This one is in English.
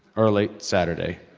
or late saturday.